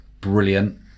brilliant